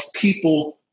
people